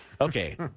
Okay